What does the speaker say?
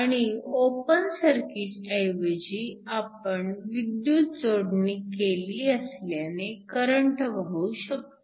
आणि ओपन सर्किटऐवजी आपण विद्युत जोडणी केली असल्याने करंट वाहू शकतो